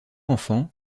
enfants